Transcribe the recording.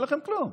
אין לכם כלום,